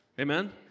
Amen